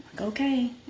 Okay